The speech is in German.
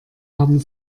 haben